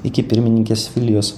iki pirmininkės vilijos